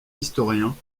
historiens